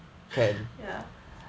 ya